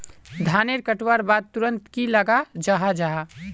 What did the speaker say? धानेर कटवार बाद तुरंत की लगा जाहा जाहा?